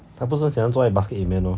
它不是喜欢坐在 basket 里面 lor